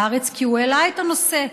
בהארץ, כי הוא העלה את הנושא.